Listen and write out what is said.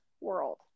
world